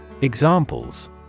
Examples